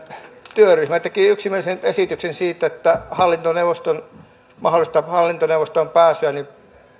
työryhmä teki yksimielisen esityksen siitä että mahdollista hallintoneuvostoon pääsyä